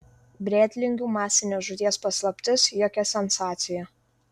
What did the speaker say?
brėtlingių masinės žūties paslaptis jokia sensacija